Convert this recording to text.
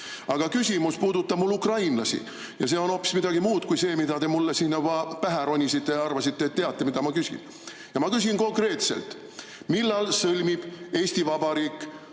mu küsimus puudutab ukrainlasi ja see on midagi muud kui see, kui te siin mulle pähe ronisite ja arvasite, et teate, mida ma küsin. Ja ma küsin konkreetselt. Millal sõlmib Eesti Vabariik